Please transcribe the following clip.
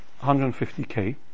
150k